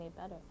better